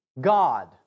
God